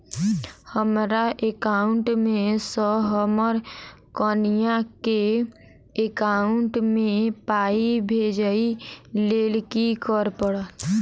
हमरा एकाउंट मे सऽ हम्मर कनिया केँ एकाउंट मै पाई भेजइ लेल की करऽ पड़त?